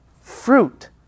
Fruit